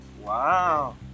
Wow